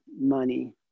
money